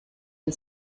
and